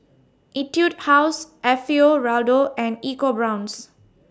Etude House Alfio Raldo and Eco Brown's